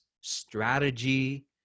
strategy